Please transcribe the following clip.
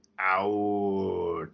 out